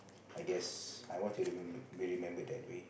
I guess I want to remembered be remembered that way